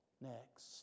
Next